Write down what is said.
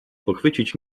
pochwycić